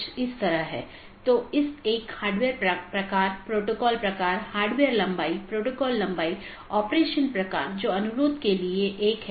इसलिए इस पर प्रतिबंध हो सकता है कि प्रत्येक AS किस प्रकार का होना चाहिए जिसे आप ट्रैफ़िक को स्थानांतरित करने की अनुमति देते हैं